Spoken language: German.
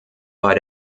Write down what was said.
bei